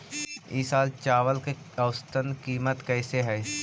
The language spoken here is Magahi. ई साल चावल के औसतन कीमत कैसे हई?